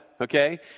Okay